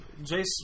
Jace